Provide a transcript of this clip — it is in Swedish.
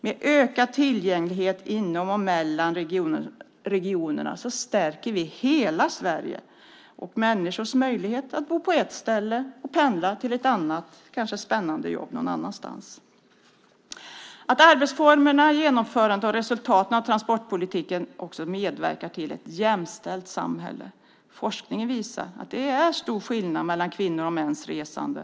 Med ökad tillgänglighet inom och mellan regionerna stärker vi hela Sverige och ökar människors möjlighet att bo på ett ställe och pendla till ett kanske spännande jobb någon annanstans. Arbetsformerna, genomförandet och resultaten av transportpolitiken medverkar till ett jämställt samhälle. Forskning visar att det är skillnad mellan kvinnors och mäns resande.